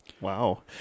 Wow